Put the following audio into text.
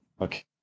Okay